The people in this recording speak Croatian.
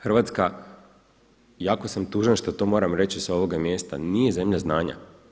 Hrvatska jako sam tužan što to moram reći sa ovoga mjesta nije zemlja znanja.